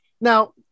Now